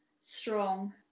strong